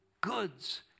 goods